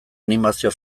animazio